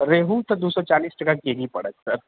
रेहू तऽ दू सए चालीस टका केजी पड़त सर